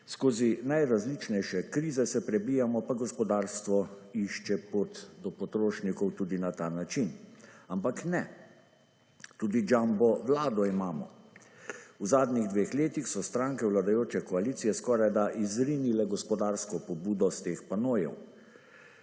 Skozi najrazličnejše krize se prebijamo, pa gospodarstvo išče pot do potrošnje tudi na ta način. Ampak ne, tudi jumbo vlado imamo. V zadnjih dveh letih so stranke vladajoče koalicije skorajda izrinile gospodarsko pobudo s teh panojev.